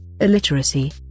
illiteracy